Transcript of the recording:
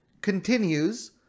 continues